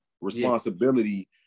responsibility